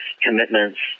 commitments